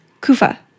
Kufa